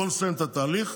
בואו נסיים את התהליך,